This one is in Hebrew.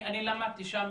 אני למדתי שם,